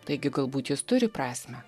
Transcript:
taigi galbūt jis turi prasmę